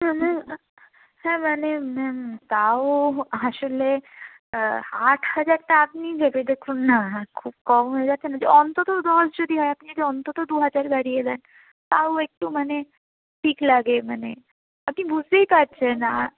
হ্যাঁ ম্যাম হ্যাঁ মানে ম্যাম তাও আসলে আট হাজারটা আপনিই ভেবে দেখুন না খুব কম হয়ে যাচ্ছে না যে অন্তত দশ যদি হয় আপনি যদি অন্তত দু হাজার বাড়িয়ে দেন তাও একটু মানে ঠিক লাগে মানে আপনি বুঝতেই পারছেন আর